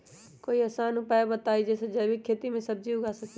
कोई आसान उपाय बताइ जे से जैविक खेती में सब्जी उगा सकीं?